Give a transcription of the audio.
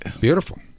Beautiful